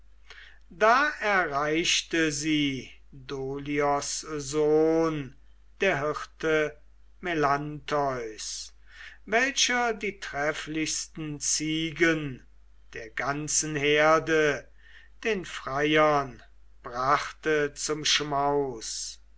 da erreichte sie dolios sohn der hirte melantheus welcher die trefflichsten ziegen der ganzen herde den freiern brachte zum schmaus